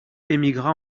émigra